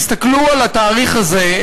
יסתכלו על התאריך הזה,